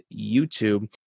YouTube